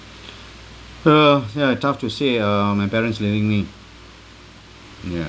uh ya tough to say um my parents leaving me ya